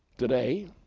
today,